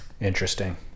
Interesting